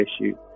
issue